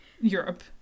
Europe